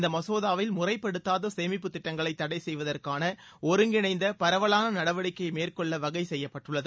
இந்த மசோதாவில் முறைப்படுத்தாத சேமிப்பு திட்டங்களை தடை செய்வதற்கான ஒருங்கிணைந்த பரவலான நடவடிக்கை மேற்கொள்ள வகை செய்யப்பட்டுள்ளது